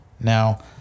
Now